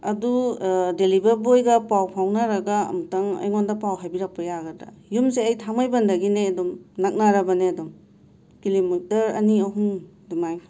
ꯑꯗꯣ ꯗꯦꯂꯤꯕꯔ ꯕꯣꯏꯒ ꯄꯥꯎ ꯐꯥꯎꯅꯔꯒ ꯑꯝꯇꯪ ꯑꯩꯉꯣꯟꯗ ꯄꯥꯎ ꯍꯥꯏꯕꯤꯔꯛꯄ ꯌꯥꯒꯗꯔꯥ ꯌꯨꯝꯁꯦ ꯑꯩ ꯊꯥꯡꯃꯩꯕꯟꯗꯒꯤꯅꯦ ꯑꯗꯨꯝ ꯅꯛꯅꯔꯕꯅꯦ ꯑꯗꯨꯝ ꯀꯤꯂꯣꯃꯤꯇꯔ ꯑꯅꯤ ꯑꯍꯨꯝ ꯑꯗꯨꯃꯥꯏꯅ